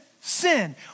sin